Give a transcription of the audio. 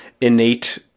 innate